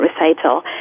recital